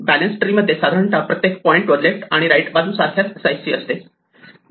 balance tree मध्ये साधारणतः प्रत्येक पॉईंटवर लेफ्ट आणि राईट बाजू सारख्याच साईजची असते